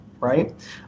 right